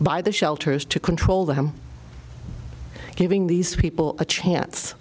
by the shelters to control them giving these people a chance